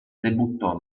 debuttò